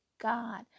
God